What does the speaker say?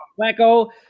Flacco